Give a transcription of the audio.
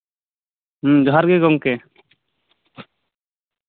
ᱦᱩᱸ ᱡᱚᱦᱟᱨ ᱜᱮ ᱜᱚᱝᱠᱮ